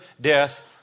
death